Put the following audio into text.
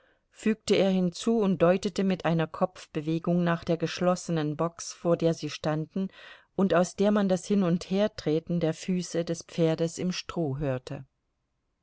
fügte er hinzu und deutete mit einer kopfbewegung nach der geschlossenen box vor der sie standen und aus der man das hinundhertreten der füße des pferdes im stroh hörte